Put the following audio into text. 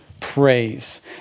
praise